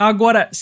Agora